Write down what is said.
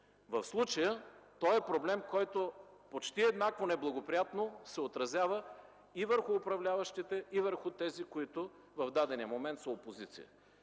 В случая той е проблем, който почти еднакво неблагоприятно се отразява и върху управляващите, и върху тези, които в дадения момент са опозиция.